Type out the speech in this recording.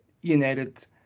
United